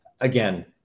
again